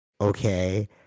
okay